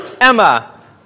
Emma